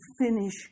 finish